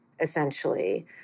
essentially